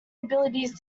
abilities